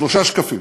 שלושה שקפים,